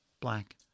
black